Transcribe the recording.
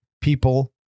people